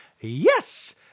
Yes